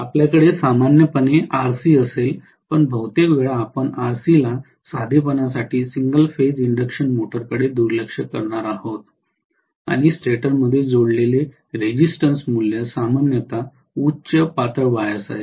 आपल्याकडे सामान्यपणे Rc असेल पण बहुतेक वेळा आपण Rc ला साधेपणासाठी सिंगल फेज इन्डक्शन मोटरकडे दुर्लक्ष करणार आहोत आणि स्टेटर मध्ये जोडलेले रेजिस्ट्न्स मूल्य सामान्यतः उच्च पातळ वायर्स आहे